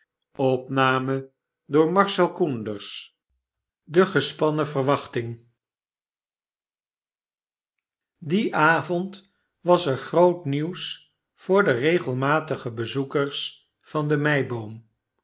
de gespannen verwachting dien avond was er groot nieuws voor de regelmatige bezoekers van de meiboom